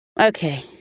Okay